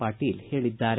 ಪಾಟೀಲ ಹೇಳಿದ್ದಾರೆ